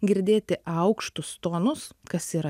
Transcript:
girdėti aukštus tonus kas yra